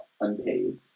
unpaid